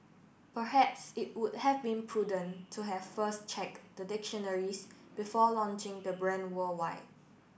perhaps it would have been prudent to have first check the dictionaries before launching the brand worldwide